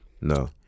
No